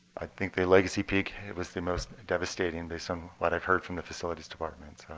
i think the legacy peak was the most devastating based on what i've heard from the facilities department.